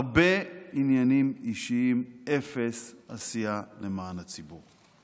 הרבה עניינים אישיים, אפס עשייה למען הציבור.